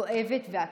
כואבת ואקוטית.